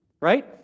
right